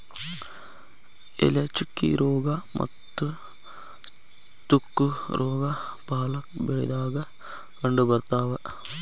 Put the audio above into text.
ಎಲೆ ಚುಕ್ಕಿ ರೋಗಾ ಮತ್ತ ತುಕ್ಕು ರೋಗಾ ಪಾಲಕ್ ಬೆಳಿದಾಗ ಕಂಡಬರ್ತಾವ